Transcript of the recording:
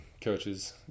coaches